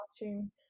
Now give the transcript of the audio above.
watching